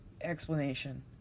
explanation